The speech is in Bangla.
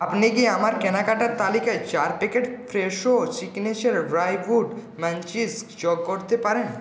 আপনি কি আমার কেনাকাটার তালিকায় চার packet Fresho signature dry fruit munchies যোগ করতে পারেন